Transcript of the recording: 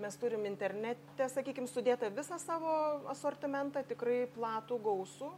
mes turim internete sakykim sudėtą visą savo asortimentą tikrai platų gausų